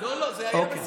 לא, לא, זה היה בסדר.